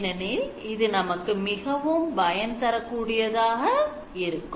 ஏனெனில் இது நமக்கு மிகவும் பயன் தரக்கூடியதாக இருக்கும்